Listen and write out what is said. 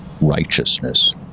Righteousness